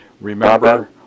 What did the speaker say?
Remember